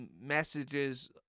messages